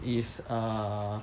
is err